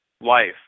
life